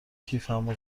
کیفمو